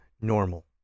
normal